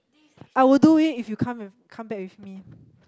I will do it if you come and come back with me